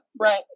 right